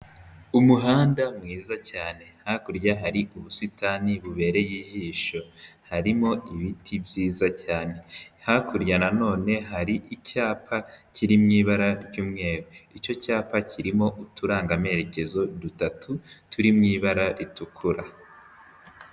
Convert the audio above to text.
Umuhanda mwiza cyane hakurya hari ubusitani bubereye ijisho, harimo ibiti byiza cyane, hakurya nanone hari icyapa kiri mu ibara ry'umweru, icyo cyapa kirimo uturanga amerekezo dutatu turi mu ibara ritukura.